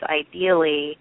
ideally